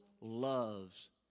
loves